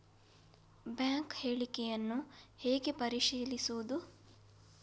Bank ಹೇಳಿಕೆಯನ್ನು ಹೇಗೆ ಪರಿಶೀಲಿಸುವುದು?